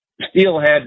steelhead